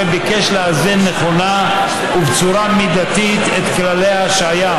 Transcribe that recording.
ביקש לאזן נכונה ובצורה מידתית את כללי ההשעיה